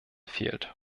fehlt